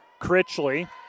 Critchley